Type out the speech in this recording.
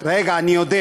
אנחנו בקריאה ראשונה.